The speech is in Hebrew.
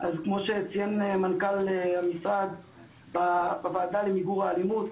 אז כמו שציין מנכ"ל המשרד בוועדה למיגור האלימות,